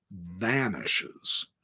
vanishes